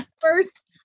First